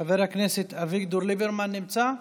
חבר הכנסת אביגדור ליברמן נמצא?